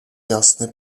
jasny